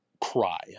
cry